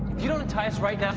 you don't untie us right yeah